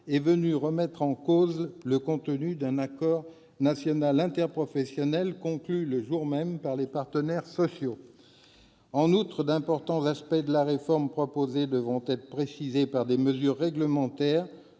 est venue remettre en cause le contenu d'un accord national interprofessionnel conclu le jour même par les partenaires sociaux. En outre, d'importants aspects de la réforme proposée devront être précisés par des mesures réglementaires,